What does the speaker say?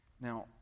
Now